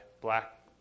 Black